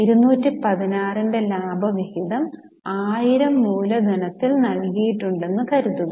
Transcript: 216 ന്റെ ലാഭവിഹിതം 1000 മൂലധനത്തിൽ നൽകിയിട്ടുണ്ടെന്ന് കരുതുക